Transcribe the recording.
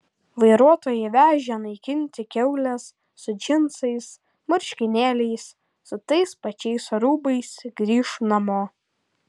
vairuotojai vežę naikinti kiaules su džinsais marškinėliais su tais pačiais rūbais grįš namo